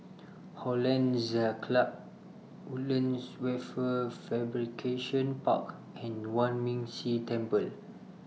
Hollandse Club Woodlands Wafer Fabrication Park and Yuan Ming Si Temple